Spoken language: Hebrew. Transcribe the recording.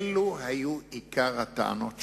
אלה היו עיקר הטענות שלי.